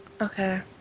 Okay